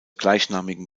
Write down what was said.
gleichnamigen